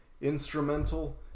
instrumental